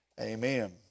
amen